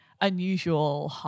unusual